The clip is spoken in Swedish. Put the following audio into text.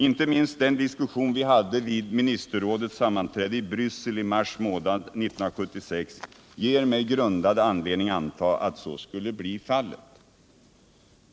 Inte minst den diskussion vi hade vid ministerrådets sammanträde i Bryssel i mars månad 1976 ger mig grundad anledning att anta att så skulle bli fallet.